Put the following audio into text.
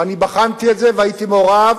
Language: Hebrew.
ואני בחנתי את זה והייתי מעורב,